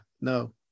no